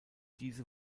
diese